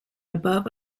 above